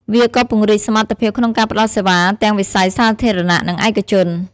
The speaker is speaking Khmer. វាក៏ពង្រីកសមត្ថភាពក្នុងការផ្តល់សេវាទាំងវិស័យសាធារណៈនិងឯកជន។